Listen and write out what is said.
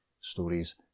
stories